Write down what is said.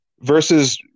versus